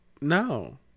no